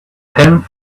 tenth